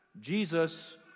Jesus